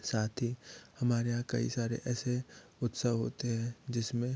साथ ही हमारे यहाँ कई सारे ऐसे उत्सव होते हैं जिसमें